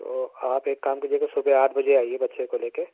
تو آپ ایک کام کیجیے گا صبح آٹھ بجے آئیے بچے کو لے کے